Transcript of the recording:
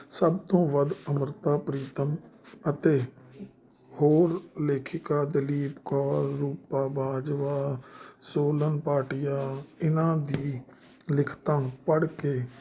ਸਭ ਤੋਂ ਵੱਧ ਅਮ੍ਰਿਤਾ ਪ੍ਰੀਤਮ ਅਤੇ ਹੋਰ ਲੇਖਿਕਾ ਦਲੀਪ ਕੌਰ ਰੂਪਾ ਬਾਜਵਾ ਸੋਨਮ ਭਾਟੀਆ ਇਹਨਾਂ ਦੀ ਲਿਖਤਾਂ ਪੜ੍ਹ ਕੇ